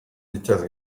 dichas